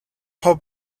hop